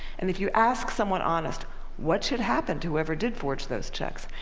and if you ask someone honest what should happen to whomever did forge those checks,